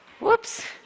Whoops